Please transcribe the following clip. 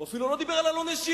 הוא אפילו לא דיבר על אלוני-שילה,